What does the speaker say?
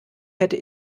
hätte